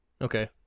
Okay